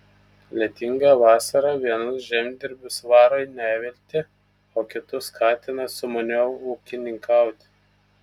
lietinga vasara vienus žemdirbius varo į neviltį o kitus skatina sumaniau ūkininkauti